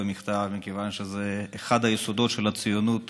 מהכתב מכיוון שזה אחד היסודות של הציונות